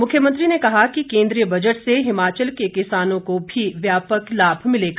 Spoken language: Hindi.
मुख्यमंत्री ने कहा कि केन्द्रीय बजट से हिमाचल के किसानों को भी व्यापक लाभ मिलेगा